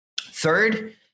Third